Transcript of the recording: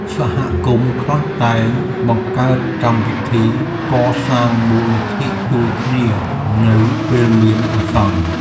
សហគមន៍ខ្លះតែងបង្កើតកម្មវិធីកសាងមូលនិធិជួយគ្នានៅពេលមានអាសន្ន។